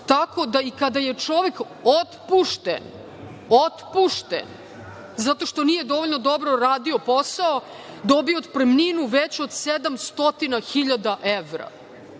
tako da i kada je čovek otpušten, otpušten zato što nije dovoljno dobro radio posao, dobio otpremninu veću od 700 hiljada